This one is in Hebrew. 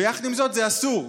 ויחד עם זאת, זה אסור.